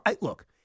Look